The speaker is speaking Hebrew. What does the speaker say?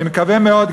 אני מקווה מאוד,